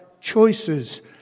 choices